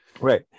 right